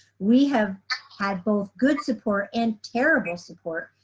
we have had both good support and terrible support,